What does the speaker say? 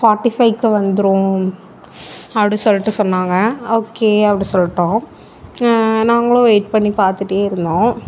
forty ஃபைவ்க்கு வந்துடும் அப்படின் சொல்லிட்டு சொன்னாங்க ஓகே அப்படின் சொல்லிட்டோம் நாங்களும் வெயிட் பண்ணி பார்த்துட்டே இருந்தோம்